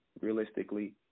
realistically